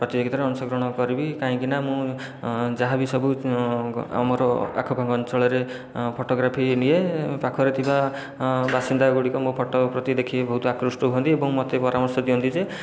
ପ୍ରତିଯୋଗିତାରେ ଅଂଶଗ୍ରହଣ କରିବି କାହିଁକିନା ମୁଁ ଯାହାବି ସବୁ ଆମର ଆଖପାଖ ଅଞ୍ଚଳରେ ଫଟୋଗ୍ରାଫି ନିଏ ପାଖରେ ଥିବା ବାସିନ୍ଦାଗୁଡ଼ିକ ମୋ' ଫଟୋ ପ୍ରତି ଦେଖି ବହୁତ ଆକୃଷ୍ଟ ହୁଅନ୍ତି ଏବଂ ମୋତେ ପରାମର୍ଶ ଦିଅନ୍ତି ଯେ